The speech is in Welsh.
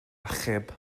achub